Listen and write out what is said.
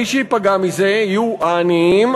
מי שייפגע מזה יהיו העניים,